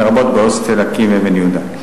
לרבות בהוסטל אקי"ם באבן-יהודה.